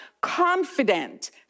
confident